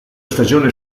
stagione